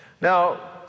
Now